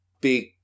big